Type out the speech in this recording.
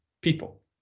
People